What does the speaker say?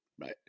right